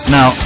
Now